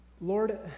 Lord